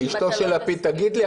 אשתו של לפיד תגיד לי?